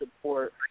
support